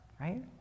right